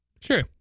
Sure